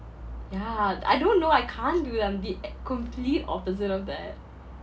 yeah I don't know I can't do them the complete opposite of that